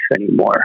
anymore